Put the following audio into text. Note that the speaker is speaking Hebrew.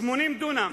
80 דונם,